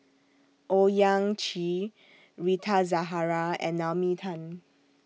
Owyang Chi Rita Zahara and Naomi Tan